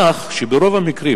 כך שברוב המקרים